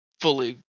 fully